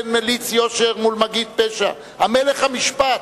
באין מליץ יושר מול מגיד פשע המלך המשפט,